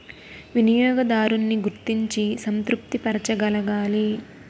వినియోగదారున్ని గుర్తించి సంతృప్తి పరచగలగాలి